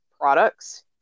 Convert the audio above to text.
products